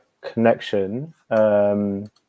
connection